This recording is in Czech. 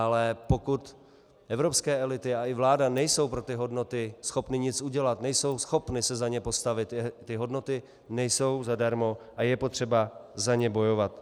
Ale pokud evropské elity a i vláda nejsou pro ty hodnoty schopny nic udělat, nejsou schopny se za ně postavit, ty hodnoty nejsou zadarmo a je potřeba za ně bojovat.